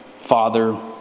Father